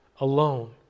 Alone